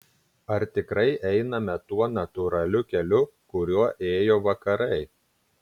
ar tikrai einame tuo natūraliu keliu kuriuo ėjo vakarai